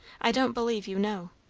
i don't believe you know.